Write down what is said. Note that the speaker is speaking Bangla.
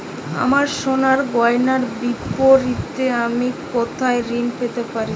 আমার সোনার গয়নার বিপরীতে আমি কোথায় ঋণ পেতে পারি?